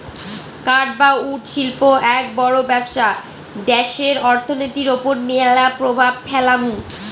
কাঠ বা উড শিল্প এক বড় ব্যবসা দ্যাশের অর্থনীতির ওপর ম্যালা প্রভাব ফেলামু